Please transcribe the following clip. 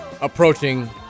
approaching